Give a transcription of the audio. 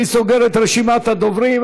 אני סוגר את רשימת הדוברים.